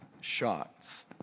shots